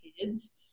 kids